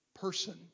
person